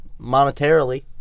monetarily